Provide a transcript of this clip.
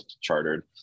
chartered